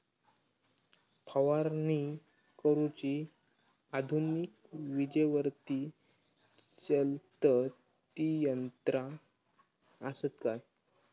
फवारणी करुची आधुनिक विजेवरती चलतत ती यंत्रा आसत काय?